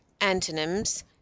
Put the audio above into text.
Antonyms